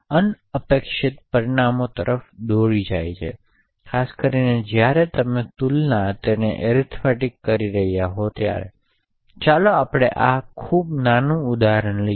આ અનપેક્ષિત પરિણામો તરફ દોરી શકે છે ખાસ કરીને જ્યારે તમે તુલના અને એરીથમેટીક કરી રહ્યા હો તેથી ચાલો આપણે આ ખૂબ નાનું ઉદાહરણ લઈએ